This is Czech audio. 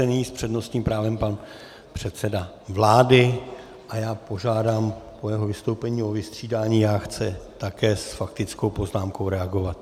Nyní s přednostním právem pan předseda vlády a já požádám po jeho vystoupení o vystřídání, já chci také s faktickou poznámkou reagovat.